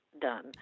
done